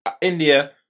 India